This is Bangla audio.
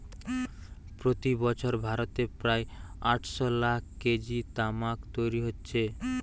প্রতি বছর ভারতে প্রায় আটশ লাখ কেজি তামাক তৈরি হচ্ছে